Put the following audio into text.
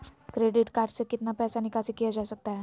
Credit card से कितना पैसा निकासी किया जा सकता है?